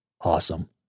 Awesome